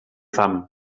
fam